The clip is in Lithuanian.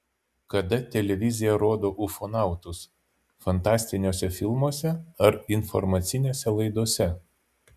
kada televizija rodo ufonautus fantastiniuose filmuose ar informacinėse laidose